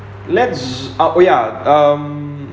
let's up oh ya um